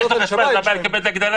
אם כבר יש חשמל, מה הבעיה לקבל הגדלה?